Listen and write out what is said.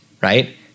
right